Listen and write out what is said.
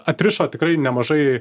atrišo tikrai nemažai